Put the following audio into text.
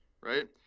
right